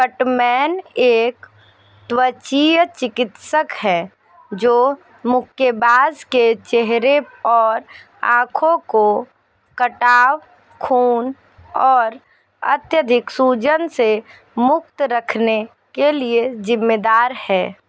cut man एक त्वचीय चिकित्सक है जो मुक्केबाज़ के चेहरे और ऑंखों को कटाव खून और अत्यधिक सूजन से मुक्त रखने के लिए जिम्मेदार है